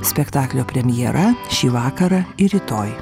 spektaklio premjera šį vakarą ir rytoj